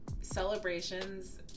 Celebrations